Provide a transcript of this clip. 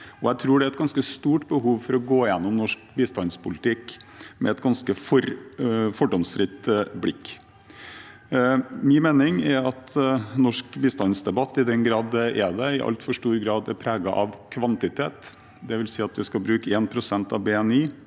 jeg tror det er et ganske stort behov for å gå gjennom norsk bistandspolitikk med et ganske fordomsfritt blikk. Min mening er at norsk bistandsdebatt, i den grad det er det, i altfor stor grad er preget av kvantitet, dvs. at man skal bruke 1 pst. av BNI,